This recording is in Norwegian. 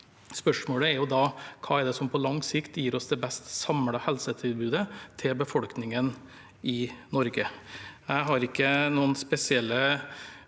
Hva er det som på lang sikt gir oss det beste samlede helsetilbudet til befolkningen i Norge?